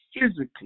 physically